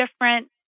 different